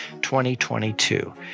2022